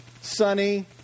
sunny